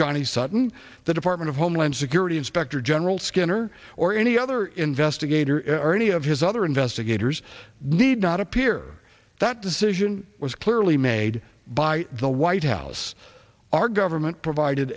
johnny sutton department of homeland security inspector general skinner or any other investigator or any of his other investigators need not appear that decision was clearly made by the white house our government provided